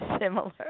similar